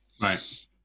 Right